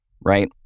right